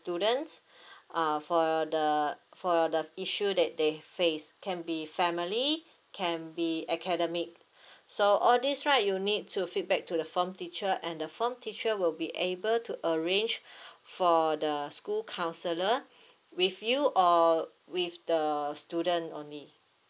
students uh for the for the issue that they face can be family can be academic so all this right you need to feedback to the form teacher and the form teacher will be able to arrange for the school counsellor with you or with the student only